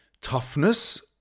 toughness